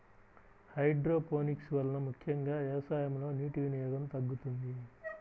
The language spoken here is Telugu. హైడ్రోపోనిక్స్ వలన ముఖ్యంగా వ్యవసాయంలో నీటి వినియోగం తగ్గుతుంది